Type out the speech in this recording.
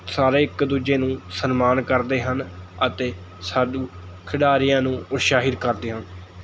ਸਾਰੇ ਇੱਕ ਦੂਜੇ ਨੂੰ ਸਨਮਾਨ ਕਰਦੇ ਹਨ ਅਤੇ ਸਾਨੂੰ ਖਿਡਾਰੀਆਂ ਨੂੰ ਉਤਸ਼ਾਹਿਤ ਕਰਦੇ ਹਨ